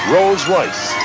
Rolls-Royce